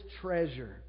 treasure